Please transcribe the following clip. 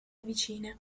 vicine